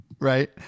Right